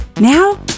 Now